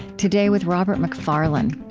today, with robert macfarlane.